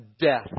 death